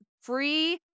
free